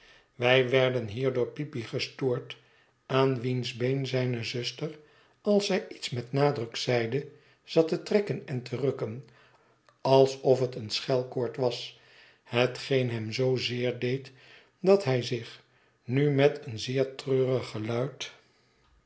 wij werden hier door peepy gestoord aan wiens been zijne zuster als zij iets met nadruk zeide zat te trekken en te rukken alsof het eene schelkoord was hetgeen hem zoo zeer deed dat hij zich nu met een zeer treurig geluid